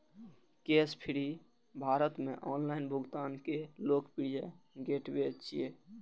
Cashfree Bharat मे online भुगतान के लोकप्रिय गेटवे छियै